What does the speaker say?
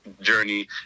journey